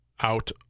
out